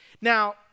Now